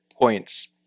points